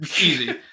Easy